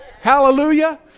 Hallelujah